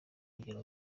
kugira